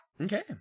Okay